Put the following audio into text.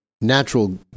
natural